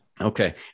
Okay